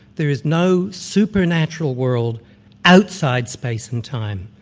there is no supernatural world outside space and time.